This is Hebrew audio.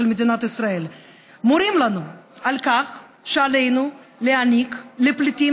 מדינת ישראל מורים לנו שעלינו להעניק לפליטים,